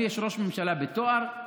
יש ראש ממשלה בתואר,